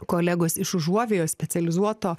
kolegos iš užuovėjos specializuoto